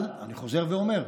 אבל אני חוזר ואומר,